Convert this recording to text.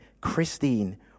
Christine